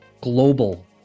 global